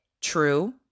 True